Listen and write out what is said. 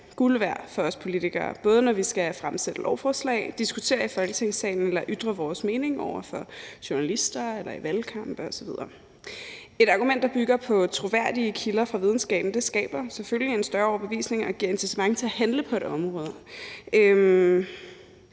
guld værd for os politikere, både når vi skal fremsætte lovforslag, diskutere i Folketingssalen eller ytre vores mening over for journalister eller i valgkampe osv. Et argument, der bygger på troværdige kilder fra videnskaben, skaber selvfølgelig en større overbevisning og giver incitament til at handle på et område. Men